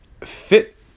fit